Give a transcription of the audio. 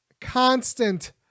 constant